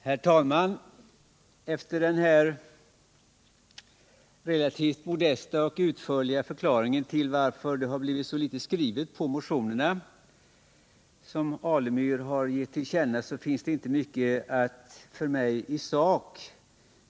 Herr talman! Efter Stig Alemyrs relativt modesta och utförliga förklaring om varför det har blivit så litet skrivet med anledning av motionerna finns det inte mycket att tillägga i sak.